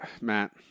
matt